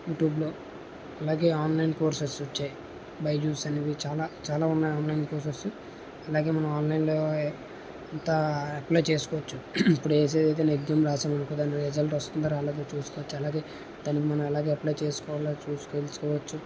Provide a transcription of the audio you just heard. YouTube లో అలాగే online courses వచ్చాయి బైజ్యుస్ అని చాలా చాలా ఉన్నాయి ఆన్లైన్ కోర్సెస్ అలాగే మనం ఆన్లైన్ లో ఇంత అప్లై చేసుకోవచ్చు ఇప్పుడు ఏసే ఏదైనా ఎక్జామ్ రాసామనుకో దాని రిసల్ట్ వస్తుందో రాలేదో చూసుకోవచ్చు అలాగే దానికి మనం ఎలాగా అప్లై చేసుకోవాలి అది చూసి తెలుసుకోవచ్చు